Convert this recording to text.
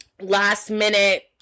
last-minute